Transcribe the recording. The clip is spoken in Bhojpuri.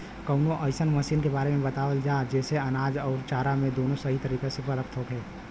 कवनो अइसन मशीन के बारे में बतावल जा जेसे अनाज अउर चारा दोनों सही तरह से प्राप्त होखे?